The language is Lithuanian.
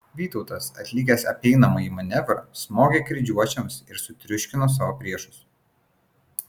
vytautas atlikęs apeinamąjį manevrą smogė kryžiuočiams ir sutriuškino savo priešus